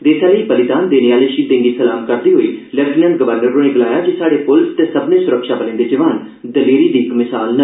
देसै लेई बलिदान देने आह्ले शहीदें गी सलाम करदे होई लेफ्टिनेंट गवर्नर होरें गलाया जे स्हाड़े पुलस ते सब्मनें सुरक्षाबलें दे जवान दलेरी दी मिसाल न